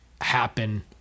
happen